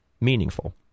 meaningful